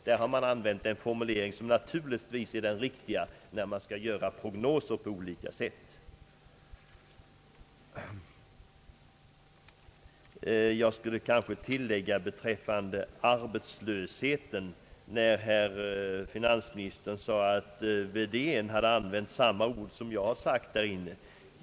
Där har man använt en formulering, som naturligtvis är den riktiga när man på olika sätt skall göra prognoser. Beträffande arbetslösheten påstod finansministern, att herr Wedén hade använt samma ord som jag har använt.